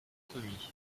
commis